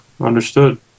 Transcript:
Understood